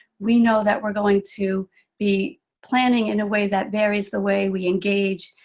we know that we're going to be planning in a way that varies the way we engage,